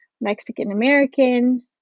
Mexican-American